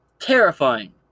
Terrifying